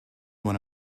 one